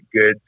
good